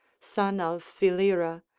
son of philyra,